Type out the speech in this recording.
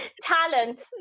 talent